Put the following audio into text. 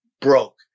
broke